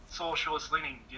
socialist-leaning